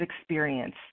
experience